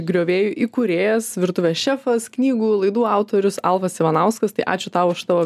griovėjų įkūrėjas virtuvės šefas knygų laidų autorius alfas ivanauskas tai ačiū tau už tavo